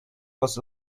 was